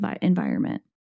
environment